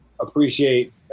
appreciate